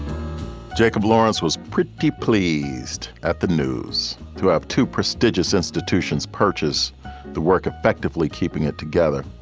jacob lawrence was pretty pleased at the news throughout two prestigious institutions purchase the work effectively keeping it together.